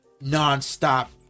non-stop